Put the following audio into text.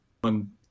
one